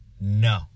no